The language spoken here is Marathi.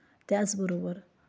त्याचबरोबर